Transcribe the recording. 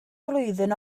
flwyddyn